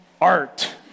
art